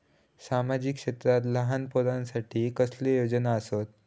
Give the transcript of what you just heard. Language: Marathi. सामाजिक क्षेत्रांत लहान पोरानसाठी कसले योजना आसत?